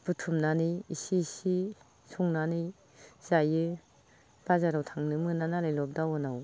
बुथुमनानै एसे एसे संनानै जायो बाजाराव थांनो मोना नालाय लकदाउनाव